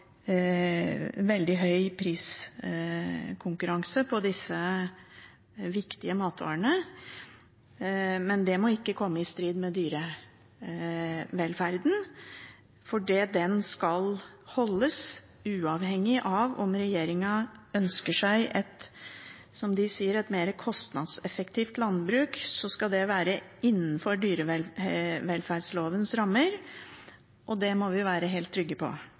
veldig stor priskonkurranse på disse viktige matvarene. Men det må ikke komme i strid med dyrevelferden, for den skal holdes. Uavhengig av om regjeringen ønsker seg – som de sier – et mer kostnadseffektivt landbruk, skal det være innenfor dyrevelferdslovens rammer, det må vi være helt trygge på.